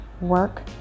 work